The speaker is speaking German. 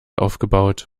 aufgebaut